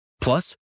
Plus